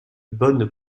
bonne